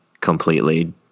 completely